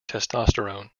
testosterone